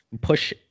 push